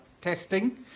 testing